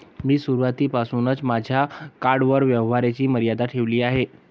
मी सुरुवातीपासूनच माझ्या कार्डवर व्यवहाराची मर्यादा ठेवली आहे